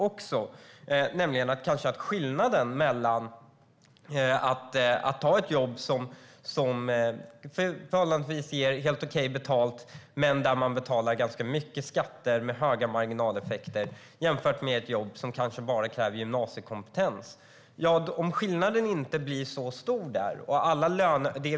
Det handlar om att skillnaden mellan ett jobb med helt okej lön men med hög skatt och stora marginaleffekter och ett jobb som bara kräver gymnasiekompetens inte är tillräckligt stor.